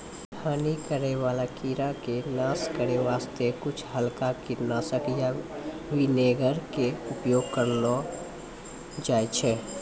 हानि करै वाला कीड़ा के नाश करै वास्तॅ कुछ हल्का कीटनाशक या विनेगर के उपयोग करलो जाय छै